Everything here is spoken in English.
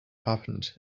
happened